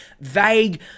vague